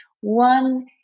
One